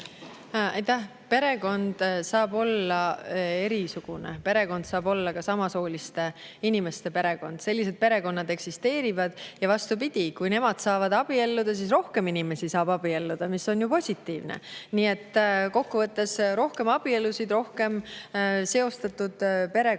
Perekond saab olla erisugune, perekond saab olla ka samasooliste inimeste perekond. Sellised perekonnad eksisteerivad. Ja vastupidi: kui need [inimesed] saavad abielluda, siis saab rohkem inimesi abielluda, mis on ju positiivne. Kokkuvõttes on rohkem abielusid, rohkem seostatud perekondi.